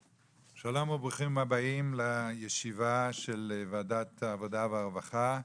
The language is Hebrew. שלום וברוכים הבאים לישיבה של ועדת העבודה והרווחה,